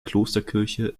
klosterkirche